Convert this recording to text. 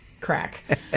crack